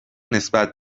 نسبت